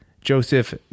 Joseph